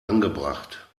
angebracht